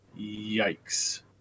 Yikes